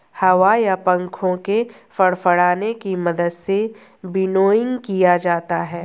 हवा या पंखों के फड़फड़ाने की मदद से विनोइंग किया जाता है